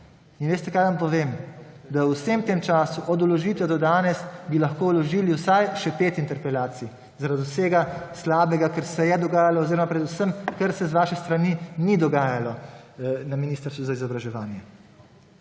veste, kaj vam povem? Da v vsem tem času od vložitve do danes bi lahko vložili vsaj še pet interpelacij, zaradi vsega slabega, kar se je dogajalo oziroma predvsem, kar se z vaše strani ni dogajalo na Ministrstvu za izobraževanje.